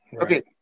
Okay